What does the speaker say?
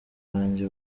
banjye